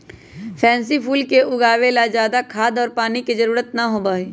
pansy फूल के उगावे ला ज्यादा खाद और पानी के जरूरत ना होबा हई